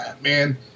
man